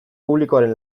publikoaren